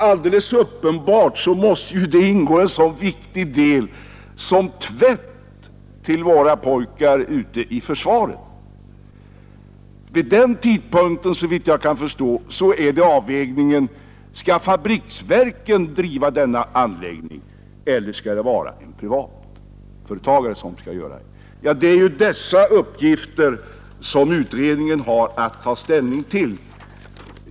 Alldeles uppenbart måste däri ingå en så viktig del som tvätt till våra pojkar ute i försvaret. Här skall man göra avvägningen av om förenade fabriksverken eller någon privatföretagare skall driva denna anläggning. Detta är de Nr 57 uppgifter utredningen har att ta ställning till.